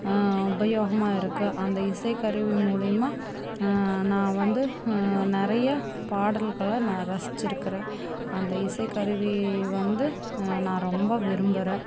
உபயோகமாக இருக்கு அந்த இசைக்கருவி மூலியமாக நான் வந்து நறைய பாடல்களை நான் ரசிச்சிருக்குறன் அந்த இசை கருவி வந்து நான் ரொம்ப விரும்புறன்